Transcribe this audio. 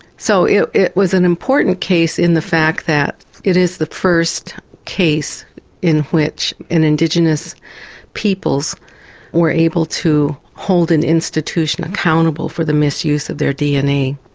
so it it was an important case in the fact that it is the first case in which an indigenous peoples were able to hold an institution accountable for the misuse of their dna.